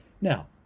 Now